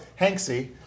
Hanksy